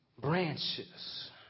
branches